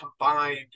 combined